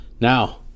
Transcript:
Now